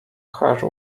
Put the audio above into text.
her